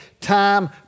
time